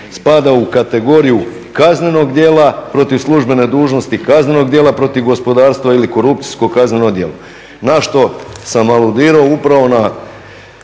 spada u kategoriju kaznenog djela protiv službene dužnosti, kaznenog djela protiv gospodarstva ili korupcijsko kazneno djelo. Na što sam aludirao upravo